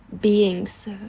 beings